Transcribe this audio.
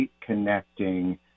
connecting